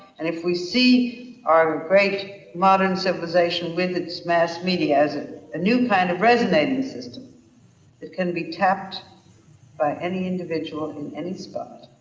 and if we see our great modern civilization with mass media as a new kind of resonating system that can be tapped by any individual in any spot,